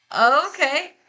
okay